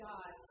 God